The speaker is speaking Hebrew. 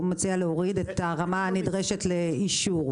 הוא מציע להוריד את הרמה הנדרשת לאישור.